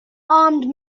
armed